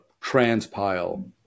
transpile